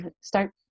start